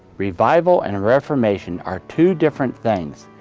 revival and reformation are two different things.